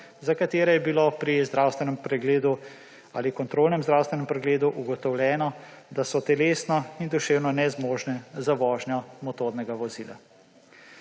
za katere je bilo pri zdravstvenem pregledu ali kontrolnem zdravstvenem pregledu ugotovljeno, da so telesno in duševno nezmožne za vožnjo motornega vozila.